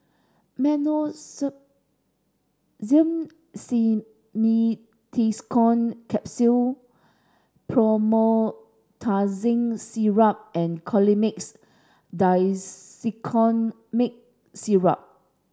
Simeticone Capsules Promethazine Syrup and Colimix Dicyclomine Syrup